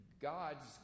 God's